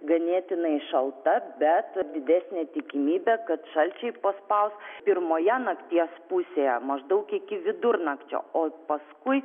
ganėtinai šalta bet didesnė tikimybė kad šalčiai paspaus pirmoje nakties pusėje maždaug iki vidurnakčio o paskui